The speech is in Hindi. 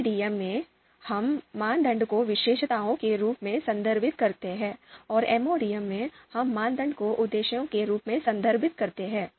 एमएडीएम में हम मानदंड को विशेषताओं के रूप में संदर्भित करते हैं और MODM में हम मानदंड को उद्देश्यों के रूप में संदर्भित करते हैं